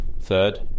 Third